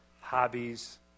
hobbies